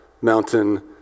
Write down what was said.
mountain